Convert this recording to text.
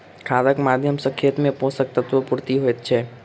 खादक माध्यम सॅ खेत मे पोषक तत्वक पूर्ति होइत छै